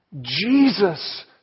Jesus